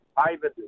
privately